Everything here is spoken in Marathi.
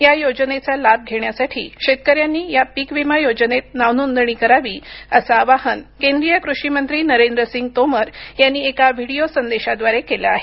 या योजनेचा लाभ घेण्यासाठी शेतकऱ्यानी या पीक विमा योजनेत नावनोंदणी करावी असं आवाहन केंद्रीय कृषी मंत्री नरेंद्रसिंग तोमर यांनी एका व्हिडिओ संदेशाद्वारे केलं आहे